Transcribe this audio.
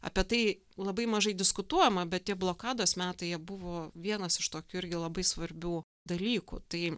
apie tai labai mažai diskutuojama bet tie blokados metais buvo vienas iš tokių irgi labai svarbių dalykų tai